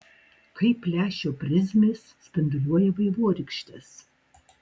kaip lęšio prizmės spinduliuoja vaivorykštes